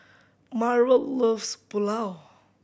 Marrol loves Pulao